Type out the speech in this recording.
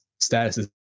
statuses